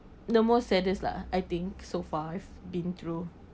the most saddest lah I think so far I've been through